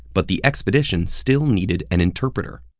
but the expedition still needed an interpreter.